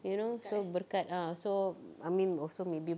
you know berkat ah so I mean also maybe